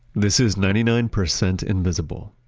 this is ninety nine percent invisible.